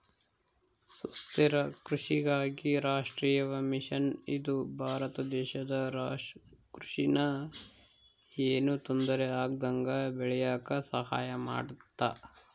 ಸುಸ್ಥಿರ ಕೃಷಿಗಾಗಿ ರಾಷ್ಟ್ರೀಯ ಮಿಷನ್ ಇದು ಭಾರತ ದೇಶದ ಕೃಷಿ ನ ಯೆನು ತೊಂದರೆ ಆಗ್ದಂಗ ಬೇಳಿಯಾಕ ಸಹಾಯ ಮಾಡುತ್ತ